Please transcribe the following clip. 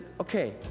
okay